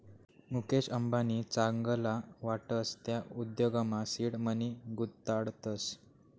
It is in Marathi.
मुकेश अंबानी चांगला वाटस त्या उद्योगमा सीड मनी गुताडतस